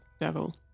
devil